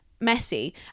Messy